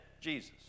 Jesus